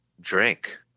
drink